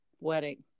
wedding